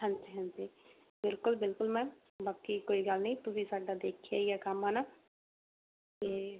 ਹਾਂਜੀ ਹਾਂਜੀ ਬਿਲਕੁਲ ਬਿਲਕੁਲ ਮੈਮ ਬਾਕੀ ਕੋਈ ਗੱਲ ਨਹੀਂ ਤੁਸੀਂ ਸਾਡਾ ਦੇਖਿਆ ਹੀ ਹੈ ਕੰਮ ਹੈ ਨਾ ਅਤੇ